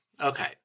Okay